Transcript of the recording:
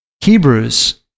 Hebrews